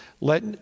Let